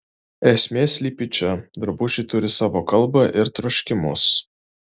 esmė slypi čia drabužiai turi savo kalbą ir troškimus